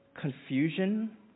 confusion